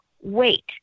wait